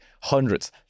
hundreds